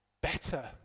better